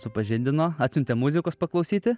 supažindino atsiuntė muzikos paklausyti